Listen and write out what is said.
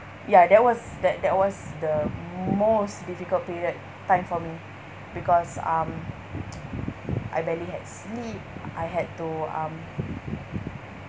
ya that was that that was the most difficult period time for me because um I barely had sleep I had to um